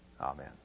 Amen